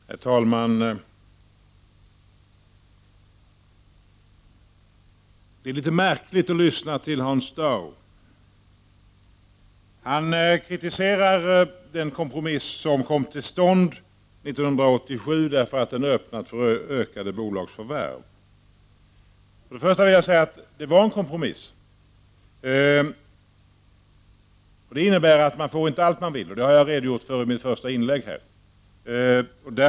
Herr talman! Det är litet märkligt att lyssna till Hans Dau. Han kritiserar den kompromiss som kom till stånd 1987 för att den öppnade för ökade bolagsförvärv. Jag vill först och främst säga att det var en kompromiss. Det innebär att man inte får allt man vill. Jag har redogjort för detta i mitt första inlägg.